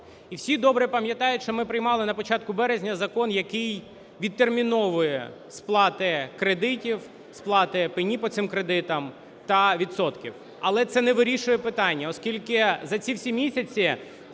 І всі добре пам'ятають, що ми приймали на початку березня закон, який відтерміновує сплати кредитів, сплати пені по цим кредитам та відсотків. Але це не вирішує питання, оскільки за ці всі місяці